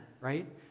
right